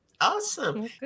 Awesome